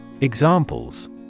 Examples